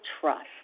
trust